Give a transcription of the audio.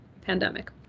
pandemic